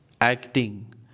acting